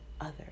others